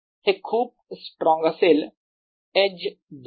हे खूप स्ट्रॉंग असेल एज जवळ